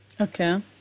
Okay